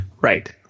Right